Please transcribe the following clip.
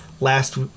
last